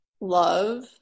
love